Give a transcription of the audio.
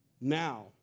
now